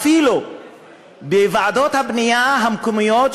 אפילו בוועדות הבנייה המקומיות,